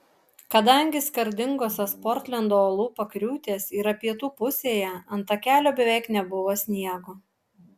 kadangi skardingosios portlendo uolų pakriūtės yra pietų pusėje ant takelio beveik nebuvo sniego